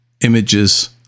images